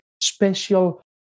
special